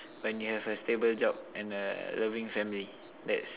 when you have a stable job and a loving family that's